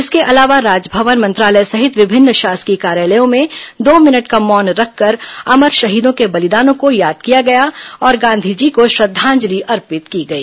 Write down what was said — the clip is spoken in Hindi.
इसके अलावा राजभवन मंत्रालय सहित विभिन्न शासकीय कार्यालयों में दो मिनट का मौन रखकर अमर शहीदों के बलिदानों को याद किया गया और गांधी जी को श्रद्वांजलि अर्पित की गई